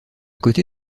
côté